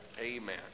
Amen